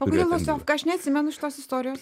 o kodėl losiovka aš neatsimenu šitos istorijos